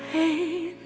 a